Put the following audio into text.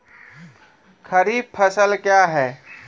खरीफ फसल क्या हैं?